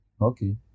okay